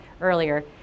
earlier